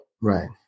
Right